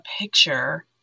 picture